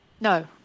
No